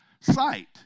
sight